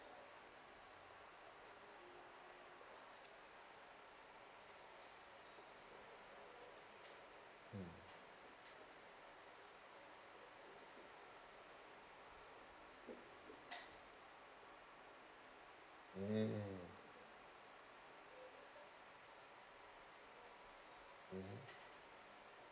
mm mm mmhmm